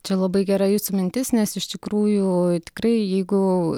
čia labai gera jūsų mintis nes iš tikrųjų tikrai jeigu